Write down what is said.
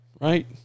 right